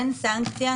אין סנקציה,